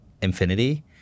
infinity